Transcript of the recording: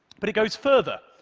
but it goes further.